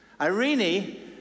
Irene